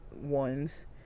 ones